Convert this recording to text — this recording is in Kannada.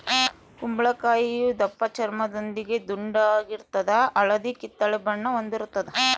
ಕುಂಬಳಕಾಯಿಯು ದಪ್ಪಚರ್ಮದೊಂದಿಗೆ ದುಂಡಾಗಿರ್ತದ ಹಳದಿ ಕಿತ್ತಳೆ ಬಣ್ಣ ಹೊಂದಿರುತದ